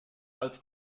als